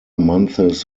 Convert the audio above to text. months